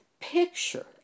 picture